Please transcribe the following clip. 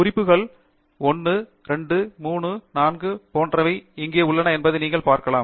குறிப்புகள் 1 2 3 4 போன்றவை இங்கே உள்ளன என்பதை நீங்கள் பார்க்கலாம்